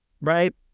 right